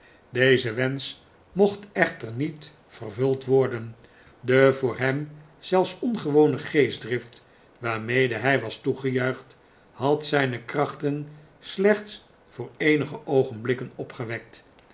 deze wensch mocht echter niet vervuld worden de voor hem zelfs ongewone geestdrift waarmede hij was toegejuicht had zijne krachten slechts voor eenige oogenblikken opgewekt